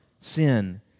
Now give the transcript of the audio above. sin